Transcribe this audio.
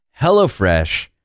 hellofresh